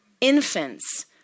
Infants